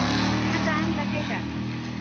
कितना टाइम लगेगा